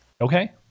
okay